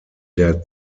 der